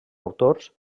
autors